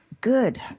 good